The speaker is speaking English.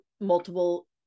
multiple